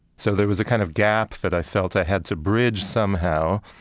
so there was a kind of gap that i felt i had to bridge somehow,